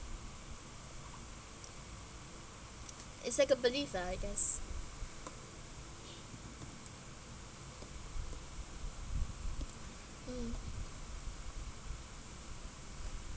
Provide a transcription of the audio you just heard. it's like a belief lah I guess mm